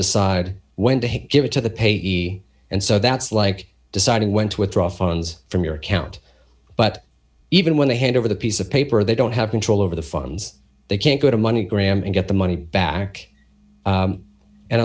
decide when to give it to the payee and so that's like deciding when to withdraw funds from your account but even when they hand over the piece of paper they don't have control over the funds they can't go to money gram and get the money back